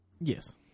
yes